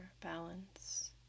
balance